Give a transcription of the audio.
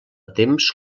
temps